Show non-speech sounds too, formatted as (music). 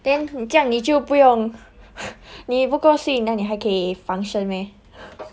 then 你这样你就不用 (breath) 你不够 sleep 那你还可以 function meh